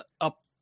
up